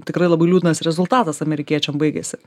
tikrai labai liūdnas rezultatas amerikiečiam baigėsi